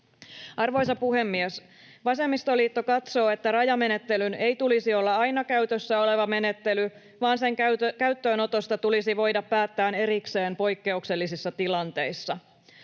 Arvoisa puhemies! Vasemmistoliitto katsoo, että rajamenettelyn ei tulisi olla aina käytössä oleva menettely, vaan sen käyttöönotosta tulisi voida päättää erikseen poikkeuksellisissa tilanteissa.